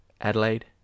Adelaide